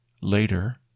later